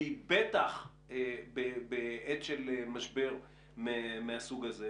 בטח בעת של משבר מהסוג הזה,